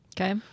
Okay